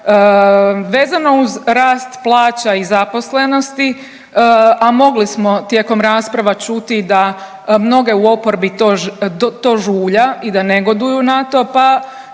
Vezano uz rast plaća i zaposlenosti, a mogli smo tijekom rasprava čuti da mnoge u oporbi to žulja i da negoduju na to,